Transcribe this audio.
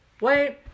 Wait